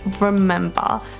remember